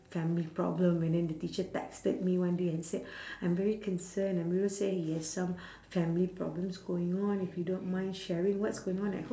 family problem and then the teacher texted me one day and said I'm very concerned amirul say he has some family problems going on if you don't mind sharing what's going on at home